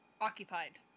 occupied